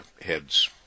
heads